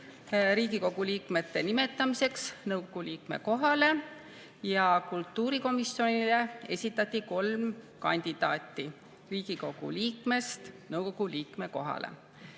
Riigikogu liikmete nimetamiseks nõukogu liikme kohale. Kultuurikomisjonile esitati kolm kandidaati Riigikogu liikmest nõukogu liikme kohale.